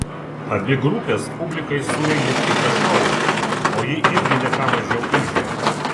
abi grupės publikai surengė tikrą šou o ji irgi ne ką mažiau ūžė